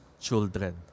children